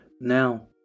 Now